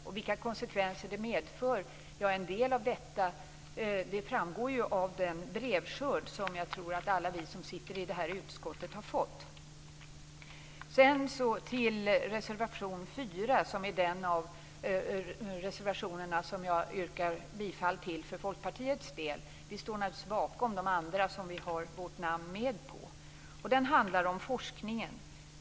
En del av konsekvenserna framgår av den brevskörd som jag tror att alla vi som sitter i detta utskott har fått. Så går jag till reservation 4, som är den av reservationerna som jag yrkar bifall till för Folkpartiets del. Vi står naturligtvis bakom de andra reservationerna som vi har vårt namn med på. Den handlar om forskningen.